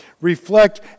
Reflect